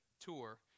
tour